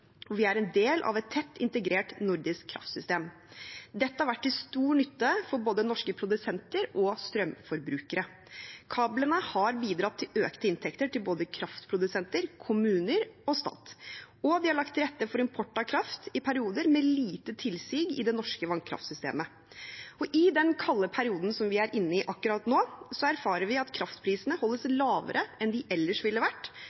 og vi er en del av et tett integrert nordisk kraftsystem. Dette har vært til stor nytte for både norske produsenter og strømforbrukere. Kablene har bidratt til økte inntekter til både kraftprodusenter, kommuner og stat, og de har lagt til rette for import av kraft i perioder med lite tilsig i det norske vannkraftsystemet. I den kalde perioden som vi er inne i akkurat nå, erfarer vi at kraftprisene holdes lavere enn de ellers ville vært,